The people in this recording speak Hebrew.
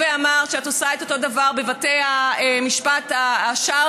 אמרת שאת עושה את אותו הדבר בבתי המשפט השרעיים,